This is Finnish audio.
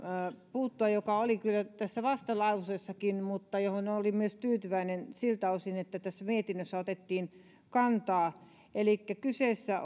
puuttua joka oli kyllä tässä vastalauseessakin ja johon olin myös tyytyväinen siltä osin että siihen tässä mietinnössä otettiin kantaa elikkä kyseessä